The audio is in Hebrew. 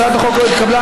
הצעת החוק לא התקבלה.